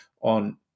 on